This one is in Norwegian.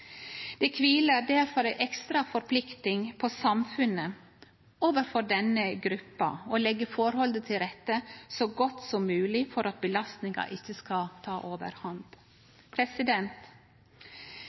Det kviler derfor ei ekstra forplikting på samfunnet overfor denne gruppa om å leggje forholda til rette så godt som mogleg for at belastinga ikkje skal ta